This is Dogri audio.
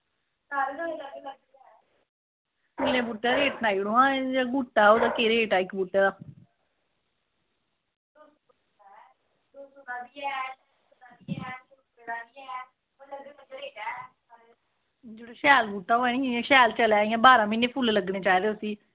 फुल्लें दे बूह्टें दा रेट सनाई ओड़ो हां बूह्टे केह् रेट ऐ इक बूह्टे दा जेह्ड़ा शैल बूह्टा होऐ नी शैल चलै इयां बाह्रां महीनें फुल्ल लग्गनें चाही दे उसी